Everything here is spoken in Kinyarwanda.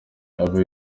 abo